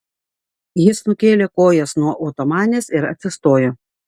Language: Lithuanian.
jis nukėlė kojas nuo otomanės ir atsistojo